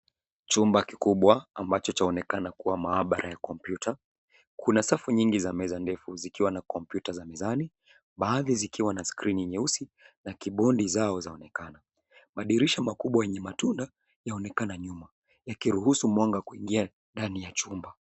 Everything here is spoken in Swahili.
Chumba kikubwa ambacho chaonekana kuwa maabara ya kompyuta kuna safu nyingi za meza ndefu zikiwa na kompyuta za mizani baadhi zikiwa na skrini nyeusi na kibodi zao zaonekana. Madirisha makubwa yenye matunda yaonekana nyuma yakiruhusu mwanga kuingia ndani ya chumba.